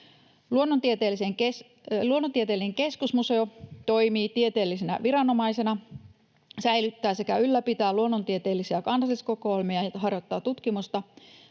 Luonnontieteellinen keskusmuseo toimii tieteellisenä viranomaisena, säilyttää sekä ylläpitää luonnontieteellisiä kansalliskokoelmia ja harjoittaa tutkimusta.